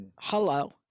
Hello